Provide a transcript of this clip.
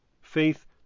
Faith